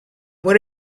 what